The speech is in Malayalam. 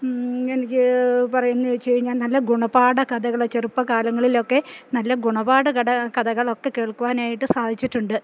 എനിക്ക് പറയുകയാണെന്ന് വെച്ചുകഴിഞ്ഞാല് നല്ല ഗുണപാഠ കഥകള് ചെറുപ്പകാലങ്ങളിലൊക്കെ നല്ല ഗുണപാഠ കഥകളൊക്കെ കേൾക്കുവാനായിട്ട് സാധിച്ചിട്ടുണ്ട്